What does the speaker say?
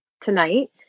tonight